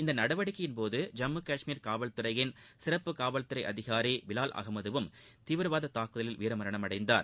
இந்த நடவடிக்கையின்போது ஜம்மு கஷ்மீர் காவல்துறையின் சிறப்பு காவல்துறை அதிகாரி பிவார் அகமதுவும் தீவிரவாதி தாக்குதலில் வீரமரணமடைந்தார்